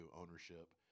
Ownership